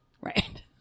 Right